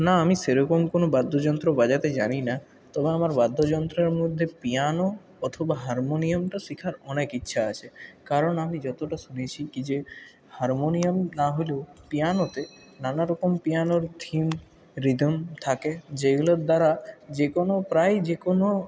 না আমি সেরকম কোনো বাদ্যযন্ত্র বাজাতে জানি না তবে আমার বাদ্যযন্ত্রর মধ্যে পিয়ানো অথবা হারমোনিয়ামটা খার অনেক ইচ্ছা আছে কারণ আমি যতটা শুনেছি কি যে হারমোনিয়াম না হলেও পিয়ানোতে নানারকম পিয়ানোর থিম রিদম থাকে যেগুলোর দ্বারা যে কোনো প্রায়ই যে কোনো